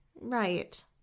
right